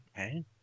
Okay